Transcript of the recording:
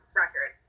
record